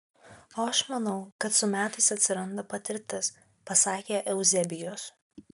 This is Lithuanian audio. o aš manau kad su metais atsiranda patirtis pasakė euzebijus